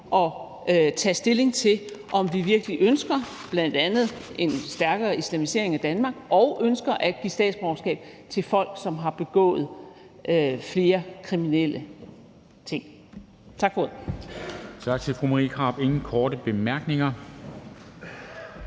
og tage stilling til, om vi bl.a. virkelig ønsker en stærkere islamisering af Danmark og at give statsborgerskab til folk, som har begået flere kriminelle ting. Tak for ordet.